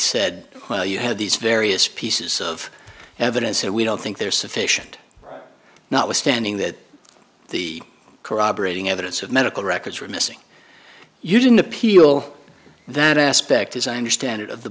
said you had these various pieces of evidence and we don't think there's sufficient notwithstanding that the corroborating evidence of medical records were missing you didn't appeal that aspect as i understand it of the